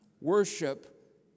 Worship